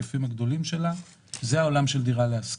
שזה העולם של דירה להשכיר,